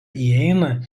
įeina